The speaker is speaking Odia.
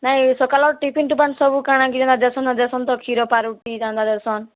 ନାଇଁ ସକାଲର୍ ଟିଫିନ ଟୁଫାନ୍ ସବୁ କାଣା କି ଦେଇସନ୍ ଦେଇସନ୍ ତ କ୍ଷୀର ପାଉଁରୁଟି ଯେନ୍ତା ଦେଇସନ୍